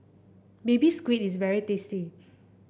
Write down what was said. Baby Squid is very tasty